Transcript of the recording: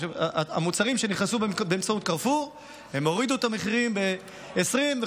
למוצרים שנכנסו באמצעות קרפור הם הורידו את המחירים ב-25%.